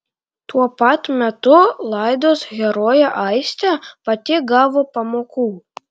tuo pat metu laidos herojė aistė pati gavo pamokų